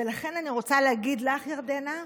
ולכן אני רוצה להגיד לך, ירדנה,